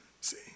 See